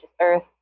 earth